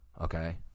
okay